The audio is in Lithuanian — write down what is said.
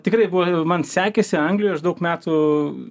tikrai buvo man sekėsi anglijoj aš daug metų